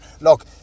look